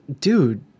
dude